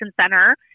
center